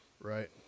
right